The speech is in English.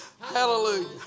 Hallelujah